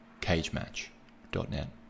cagematch.net